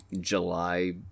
July